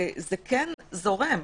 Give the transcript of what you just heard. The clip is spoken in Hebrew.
וזה זורם.